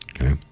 okay